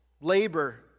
labor